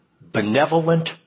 benevolent